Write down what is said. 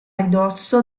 ridosso